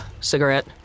cigarette